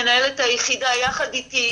מנהלת היחידה יחד איתי,